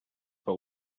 but